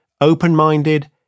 Open-minded